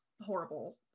horrible